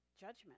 judgment